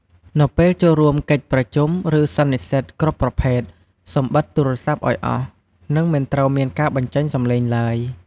នៅពេលចូលរួមកិច្ចប្រជុំ ឬសន្និសិទគ្រប់ប្រភេទ សូមបិទទូរស័ព្ទឲ្យអស់ និងមិនត្រូវមានការបញ្ចេញសំឡេងឡើយ។